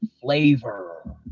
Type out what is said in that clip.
flavor